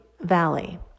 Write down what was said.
valley